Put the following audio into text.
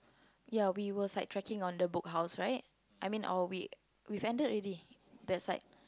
ya we were side tracking on the Book House right I mean or we we've ended already that side